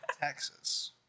Texas